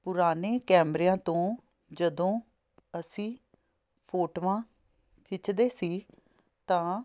ਪੁਰਾਣੇ ਕੈਮਰਿਆਂ ਤੋਂ ਜਦੋਂ ਅਸੀਂ ਫੋਟੋਆਂ ਖਿੱਚਦੇ ਸੀ ਤਾਂ